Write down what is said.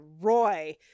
Roy